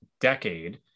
decade